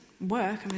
work